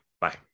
Bye